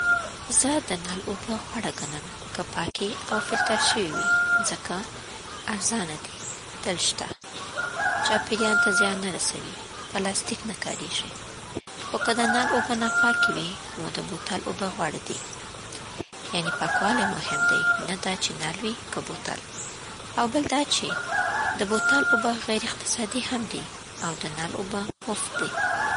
زه د نل اوبه غوره ګڼم، که پاکې او فلتر شوې وي، ځکه: ارزانه دي تل شته چاپېریال ته زیان نه رسوي يعنې پلاستیک نه کارېږي خو که د نل اوبه ناپاکې وي، نو د بوتل اوبه غوره دي. یعنې پاکوالی مهم دی، نه دا چې نل وي که بوتل. او بل دا چی د بوتل اوبه غیر اقتصادی هم دی او د نل اوبه مفت دی.